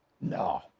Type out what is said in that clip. No